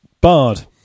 Bard